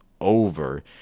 over